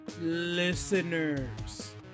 listeners